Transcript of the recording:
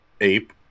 ape